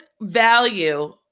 value